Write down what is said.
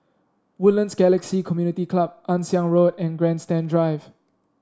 Woodlands Galaxy Community Club Ann Siang Road and Grandstand Drive